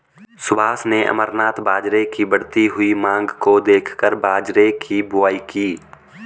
सुभाष ने अमरनाथ बाजरे की बढ़ती हुई मांग को देखकर बाजरे की बुवाई की